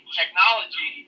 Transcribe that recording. technology